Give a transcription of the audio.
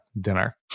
dinner